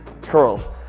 curls